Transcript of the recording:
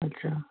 अच्छा